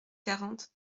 quarante